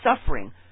suffering